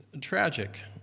tragic